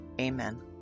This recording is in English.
amen